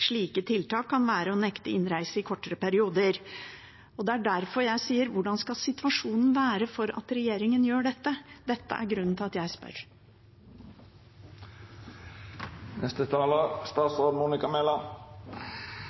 Slike tiltak kan være å nekte innreise i kortere perioder. Det er derfor jeg sier: Hvordan skal situasjonen være for at regjeringen gjør dette? Dette er grunnen til at jeg spør.